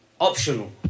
optional